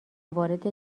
وارد